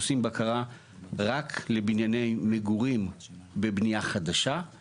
עושים בקרה רק לבנייני מגורים בבניה חדשה,